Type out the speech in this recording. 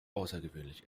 außergewöhnlich